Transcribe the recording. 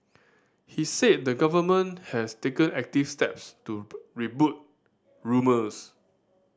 he said the Government has taken active steps to rebut rumours